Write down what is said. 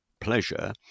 pleasure